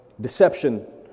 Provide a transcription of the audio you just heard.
deception